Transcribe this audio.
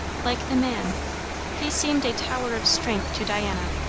like the man he seemed a tower of strength to diana.